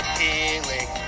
healing